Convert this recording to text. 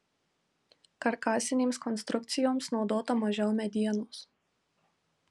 karkasinėms konstrukcijoms naudota mažiau medienos